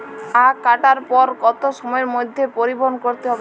আখ কাটার পর কত সময়ের মধ্যে পরিবহন করতে হবে?